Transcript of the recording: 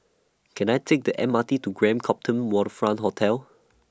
Can I Take The M R T to Grand Copthorne Waterfront Hotel